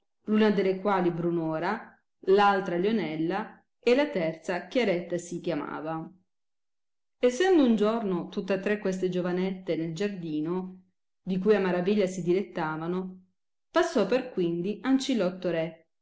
una delle quali brunora altra lionella e la terza chiaretta si chiamava essendo un giorno tutta tre queste giovanette nel giardino di cui a maraviglia si dilettavano passò per quindi ancilotto re